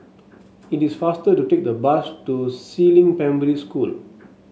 it is faster to take the bus to Si Ling Primary School